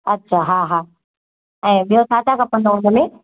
अछा हा हा ऐं ॿियो छा छा खपंदो हुन में